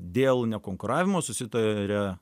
dėl nekonkuravimo susitaria